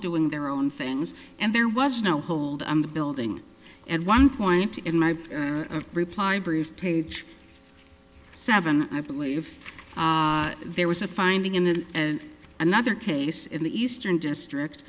doing their own things and there was no hold on the building and one point in my reply brief page seven i believe there was a finding in the another case in the eastern district